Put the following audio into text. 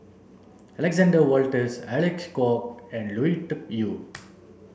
Alexander Wolters Alec Kuok and Lui Tuck Yew